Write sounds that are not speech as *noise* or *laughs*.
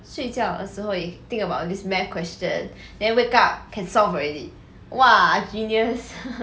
睡觉的时候也 think about this math question then wake up can solve already !wah! genius *laughs*